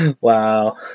Wow